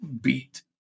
beat